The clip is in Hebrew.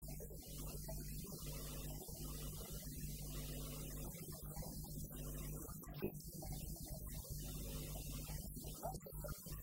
הר"ן אומר דבר מעניין, אחר, נראה בר"ן, בעמוד הראשון, כשהוא בא להסביר מה המדרש אומר, הוא אומר...